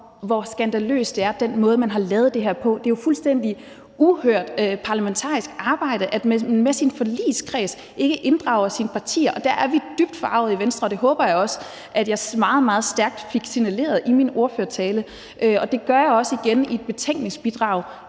hvor skandaløs den måde, som man har lavet det her på, er. Det er jo fuldstændig uhørt i forhold til det parlamentariske arbejde, at man i sin forligskreds ikke inddrager partierne, og der er vi dybt forargede i Venstre, og det håber jeg også at jeg meget stærkt fik signaleret i min ordførertale, og det gør jeg også igen i et betænkningsbidrag